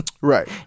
Right